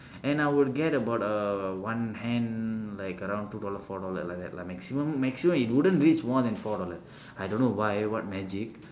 and I would get about err one hand like around two dollar four dollar like that lah maximum maximum it wouldn't reach more than four dollar I don't know why what magic